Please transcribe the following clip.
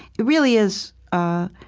it really is ah